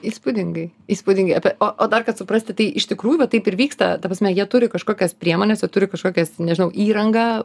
įspūdingai įspūdingai apie o o dar kad suprasti tai iš tikrųjų va taip ir vyksta ta prasme jie turi kažkokias priemones jie turi kažkokias nežinau įrangą